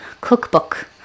cookbook